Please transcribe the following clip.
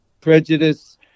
prejudice